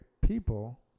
people